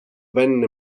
venne